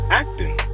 acting